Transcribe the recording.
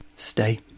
Stay